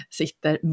sitter